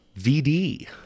VD